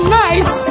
nice